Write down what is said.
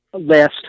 last